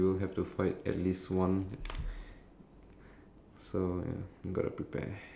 not too messy kind like canned food is okay not like maybe